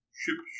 ship